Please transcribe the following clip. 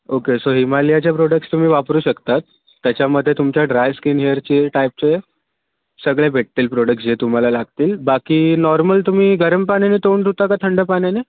okay so हिमालयाचे products तुम्ही वापरू शकता त्याच्यामध्ये तुमच्या ड्राय स्किन हेअरची टाईपचे सगळे भेटतील प्रोडक्टस जे तुम्हाला लागतील बाकी नॉर्मल तुम्ही गरम पाण्याने तोंड धुता का थंड पाण्याने